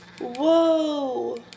Whoa